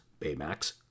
Baymax